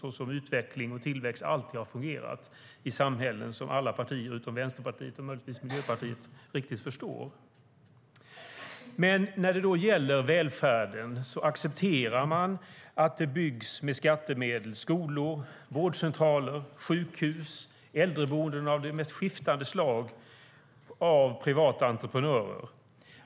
Så har ju utveckling och tillväxt alltid fungerat i samhällen, vilket alla partier utom Vänsterpartiet och möjligtvis Miljöpartiet förstår. När det då gäller välfärden accepterar man att det med skattemedel byggs skolor, vårdcentraler, sjukhus och äldreboenden av de mest skiftande slag av privata entreprenörer.